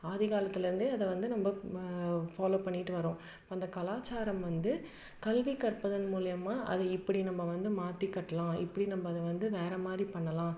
ஆதி காலத்துலேருந்தே அதை வந்து நம்ம ஃபாலோ பண்ணிட்டு வரோம் அந்த கலாச்சாரம் வந்து கல்வி கற்பதன் மூலிமா அதை இப்படி நம்ம வந்து மாற்றி கட்டலாம் இப்படி நம்ம அதை வந்து வேறே மாதிரி பண்ணலாம்